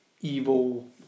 evil